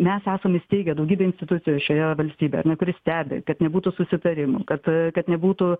mes esam įsteigę daugybę institucijų šioje valstybėje ar ne kuri stebi kad nebūtų susitarimų kad kad nebūtų